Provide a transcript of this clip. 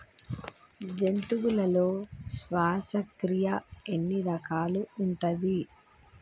జంతువులలో శ్వాసక్రియ ఎన్ని రకాలు ఉంటది?